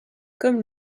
comme